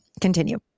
continue